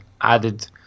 added